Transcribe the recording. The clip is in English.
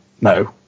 no